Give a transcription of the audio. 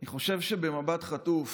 אני חושב שבמבט חטוף